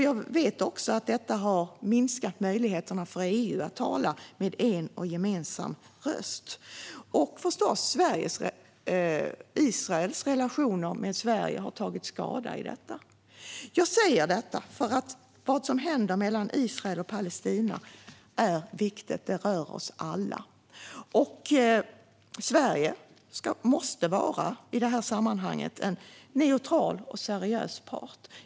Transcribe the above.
Jag vet också att detta har minskat möjligheterna för EU att tala med en gemensam röst. Förstås har också Israels relation med Sverige tagit skada av detta. Jag säger detta, för vad som händer mellan Israel och Palestina är viktigt och rör oss alla. Sverige måste i detta sammanhang vara en neutral och seriös part.